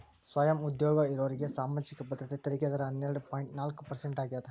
ಸ್ವಯಂ ಉದ್ಯೋಗ ಇರೋರ್ಗಿ ಸಾಮಾಜಿಕ ಭದ್ರತೆ ತೆರಿಗೆ ದರ ಹನ್ನೆರಡ್ ಪಾಯಿಂಟ್ ನಾಲ್ಕ್ ಪರ್ಸೆಂಟ್ ಆಗ್ಯಾದ